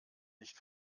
nicht